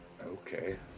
Okay